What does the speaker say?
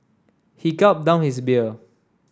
he gulped down his beer